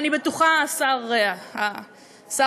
ואני בטוחה, השר אקוניס,